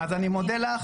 אז אני מודה לך.